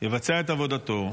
יבצע את עבודתו?